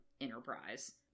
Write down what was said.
enterprise